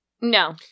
No